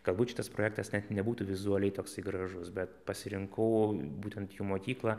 galbūt šitas projektas net nebūtų vizualiai toksai gražus bet pasirinkau būtent jų mokyklą